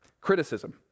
Criticism